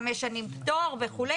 חמש שנים פטור וכו'.